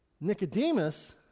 Nicodemus